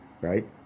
right